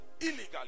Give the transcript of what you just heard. illegally